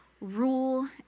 rule